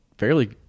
fairly